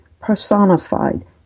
personified